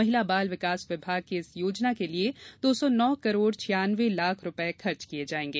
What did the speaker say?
महिला बाल विकास विभाग की इस योजना के लिये दो सौ नौ करोड़ छयानवे लाख रुपये खर्च किये जायेंगे